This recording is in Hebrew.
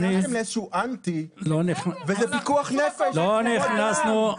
נכנסתם לאיזשהו אנטי וזה פיקוח נפש -- לא נכנסנו לאנטי.